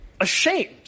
ashamed